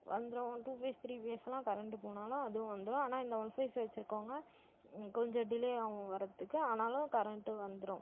வந்துடும் two phase three ஃபேஸ்லாம் current போனாலும் அதுவும் வந்துடும் ஆனால் இந்த ஒன் ஃபேஸ் வச்சிருக்கவங்கள் கொஞ்சம் டிலே ஆகும் வரதுக்கு ஆனாலும் கரெண்ட்டு வந்துடும்